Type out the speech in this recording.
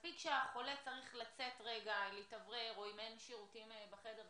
מספיק שהחולה צריך לצאת רגע להתאוורר או אם אין שירותים בחדר,